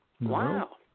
Wow